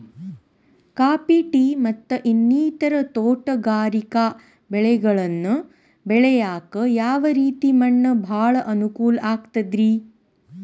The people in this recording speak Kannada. ಕಾಫಿ, ಟೇ, ಮತ್ತ ಇನ್ನಿತರ ತೋಟಗಾರಿಕಾ ಬೆಳೆಗಳನ್ನ ಬೆಳೆಯಾಕ ಯಾವ ರೇತಿ ಮಣ್ಣ ಭಾಳ ಅನುಕೂಲ ಆಕ್ತದ್ರಿ?